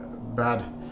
bad